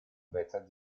beta